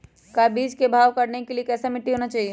का बीज को भाव करने के लिए कैसा मिट्टी होना चाहिए?